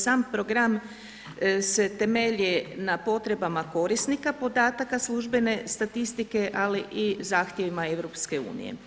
Sam program se temelji na potrebama korisnika podataka službene statistike, ali i zahtjevima EU.